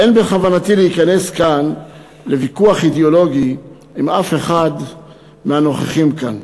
אין בכוונתי להיכנס כאן לוויכוח אידיאולוגי עם אף אחד מהנוכחים כאן.